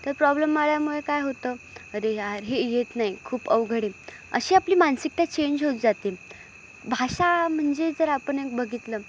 तर प्रॉब्लेम आल्यामुळे काय होतं अरे यार हे येत नाही खूप अवघड आहे अशी आपली मानसिकता चेंज होत जाते भाषा म्हणजे जर आपण एक बघितलं